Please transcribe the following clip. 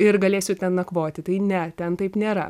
ir galėsiu ten nakvoti tai ne ten taip nėra